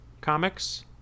comics